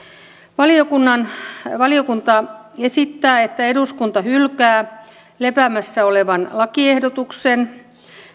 valiokunta esittää että eduskunta hylkää lepäämässä olevan lakiehdotuksen